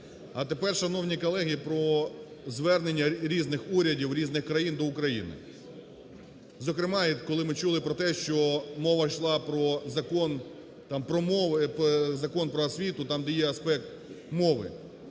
А тепер, шановні колеги, про звернення різних урядів різних країн до України. Зокрема, коли ми чули про те, що мова йшла про Закон там про мови,